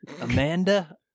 Amanda